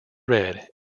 red